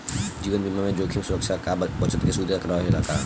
जीवन बीमा में जोखिम सुरक्षा आ बचत के सुविधा रहेला का?